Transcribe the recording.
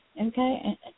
Okay